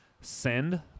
send